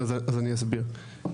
אז אני אסביר.